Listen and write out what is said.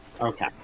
Okay